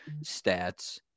stats